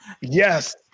Yes